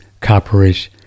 copperish